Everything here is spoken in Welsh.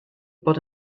bod